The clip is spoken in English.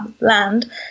land